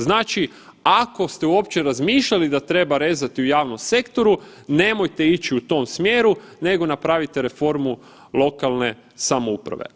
Znači, ako ste uopće razmišljati da treba rezati u javnom sektoru, nemojte ići u tom smjeru nego napravite reformu lokalne samouprave.